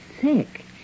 sick